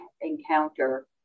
encounter